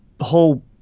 whole